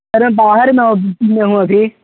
sir मैं बाहर में हूँ में हूँ अभी